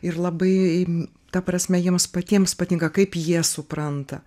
ir labai ta prasme jiems patiems patinka kaip jie supranta